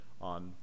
on